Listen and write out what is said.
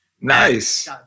Nice